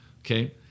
Okay